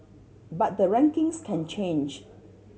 but the rankings can change